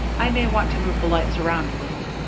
i may want to move the lights around a little.